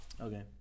Okay